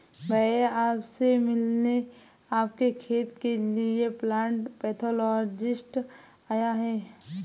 भैया आप से मिलने आपके खेत के लिए प्लांट पैथोलॉजिस्ट आया है